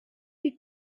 die